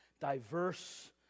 diverse